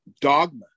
dogma